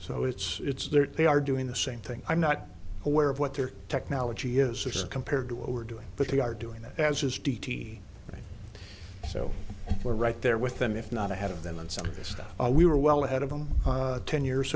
so it's it's there they are doing the same thing i'm not aware of what their technology is compared to what we're doing but they are doing that as his d t so we're right there with them if not ahead of them and some of this stuff we were well ahead of them ten years